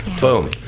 Boom